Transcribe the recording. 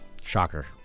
shocker